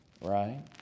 Right